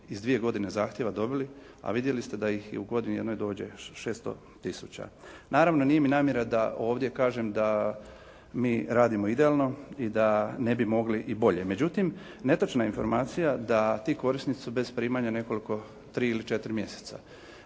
iz dvije godine zahtjeva dobili, a vidjeli ste da ih u godini jednoj dođe 600000. Naravno, nije mi namjera da ovdje kažem da mi radimo idealno i da ne bi mogli i bolje. Međutim, netočna je informacija da ti korisnici su bez primanja nekoliko, tri ili četiri mjeseca.